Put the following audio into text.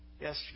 yesterday